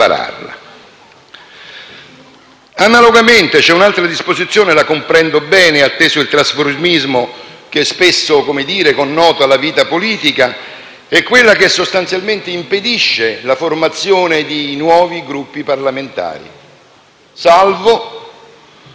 Analogamente, c'è un'altra disposizione - che comprendo bene atteso il trasformismo che spesso connota la vita politica - che sostanzialmente impedisce la formazione di nuovi Gruppi parlamentari, salvo